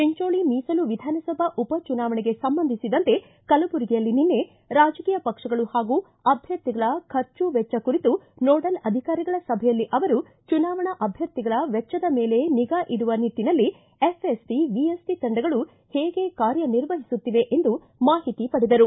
ಚಂಚೋಳಿ ಮೀಸಲು ವಿಧಾನಸಭಾ ಉಪ ಚುನಾವಣೆಗೆ ಸಂಬಂಧಿಸಿದಂತೆ ಕಲಬುರಗಿಯಲ್ಲಿ ನಿನ್ನೆ ರಾಜಕೀಯ ಪಕ್ಷಗಳು ಹಾಗೂ ಅಭ್ಯರ್ಥಿಗಳ ಖರ್ಚು ವೆಚ್ವ ಕುರಿತು ನೋಡಲ್ ಅಧಿಕಾರಿಗಳ ಸಭೆಯಲ್ಲಿ ಅವರು ಚುನಾವಣಾ ಅಭ್ವರ್ಥಿಗಳ ವೆಚ್ಚದ ಮೇಲೆ ನಿಗಾ ಇಡುವ ನಿಟ್ಟನಲ್ಲಿ ಎಫ್ಎಸ್ಟಿ ವಿಎಸ್ಟ ತಂಡಗಳು ಹೇಗೆ ಕಾರ್ಯನಿರ್ವಹಿಸುತ್ತಿವೆ ಎಂದು ಮಾಹಿತಿ ಪಡೆದರು